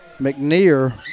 McNear